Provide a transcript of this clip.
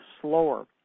slower